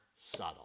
subtle